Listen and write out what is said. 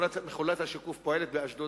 מכולת השיקוף פועלת באשדוד,